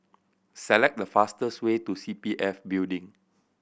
select the fastest way to C P F Building